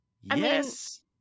Yes